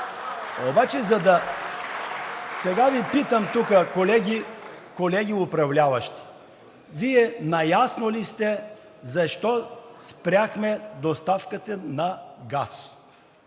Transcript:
Обаче сега Ви питам тук, колеги управляващи, Вие наясно ли сте защо спряхме доставката на газ?